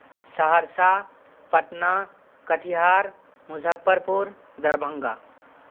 Saharsa Patna Katihar Muzaffarpur Darbhanga